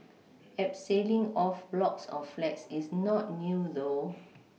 abseiling off blocks of flats is not new though